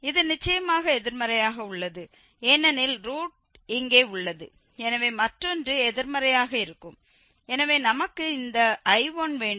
இது நிச்சயமாக எதிர்மறையாக உள்ளது ஏனெனில் ரூட் இங்கே உள்ளது எனவே மற்றொன்று எதிர்மறையாக இருக்கும் எனவே நமக்கு இந்த I1 வேண்டும்